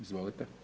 Izvolite